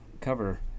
cover